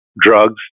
drugs